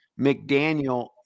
McDaniel